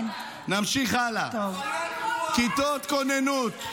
נמשיך הלאה, כיתות כוננות.